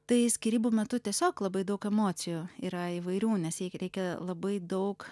tai skyrybų metu tiesiog labai daug emocijų yra įvairių nes eikia reikia labai daug